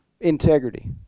Integrity